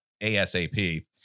ASAP